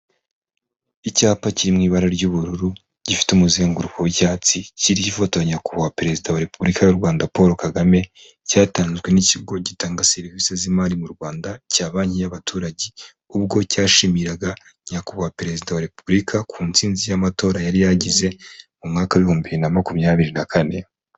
Icyapa kiri mu ibara ry'ubururu, gifite umuzenguruko w'icyatsi kiriho ifoto ya nyakubahwa Perezida wa Repubulika y'u Rwanda Paul Kagame, cyatanzwe n'ikigo gitanga serivise z'imari mu Rwanda cya banki y'abaturage, ubwo cyashimiraga nyakubahwa Perezida wa Repubulika ku nsinzi y'amatora yari yagize mu mwaka w'ibihumbi bibiri na makumyabiri na kane.